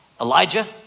Elijah